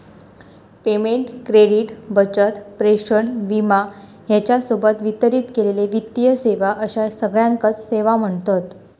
payment, credit, बचत, प्रेषण, विमा ह्येच्या सोबत वितरित केलेले वित्तीय सेवा अश्या सगळ्याकांच सेवा म्ह्णतत